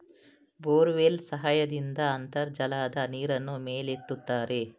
borewell ಸಹಾಯದಿಂದ ಅಂತರ್ಜಲದ ನೀರನ್ನು ಮೇಲೆತ್ತುತ್ತಾರೆ